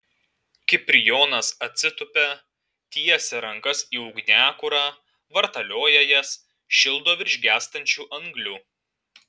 kiprijonas atsitupia tiesia rankas į ugniakurą vartalioja jas šildo virš gęstančių anglių